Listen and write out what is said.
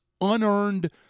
unearned